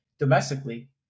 domestically